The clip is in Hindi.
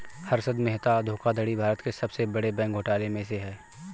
हर्षद मेहता धोखाधड़ी भारत के सबसे बड़े बैंक घोटालों में से है